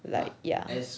like ya